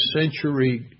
century